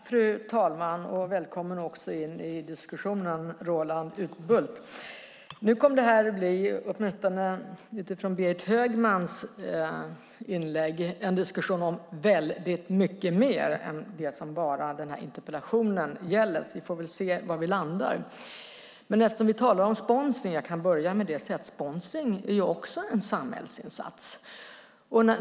Fru talman! Välkommen in i diskussionen Roland Utbult. Utifrån Berit Högmans inlägg kommer det här att bli en diskussion om mycket mer än det som interpellationen gäller. Vi får väl se var vi landar. Jag börjar med sponsring. Sponsring är också en samhällsinsats.